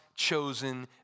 chosen